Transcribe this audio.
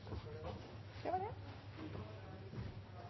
da var det